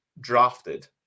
drafted